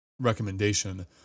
recommendation